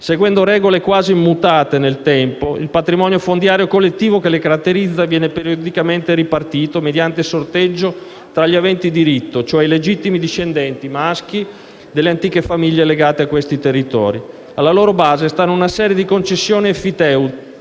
Seguendo regole quasi immutate nel tempo, il patrimonio fondiario collettivo che le caratterizza viene periodicamente ripartito, mediante sorteggio, tra gli aventi diritto, cioè i legittimi discendenti maschi delle antiche famiglie legate a questi territori. Alla loro base stanno una serie di concessioni enfiteutiche